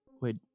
Wait